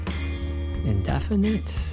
Indefinite